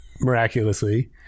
miraculously